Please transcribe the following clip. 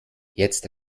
jetzt